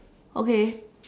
okay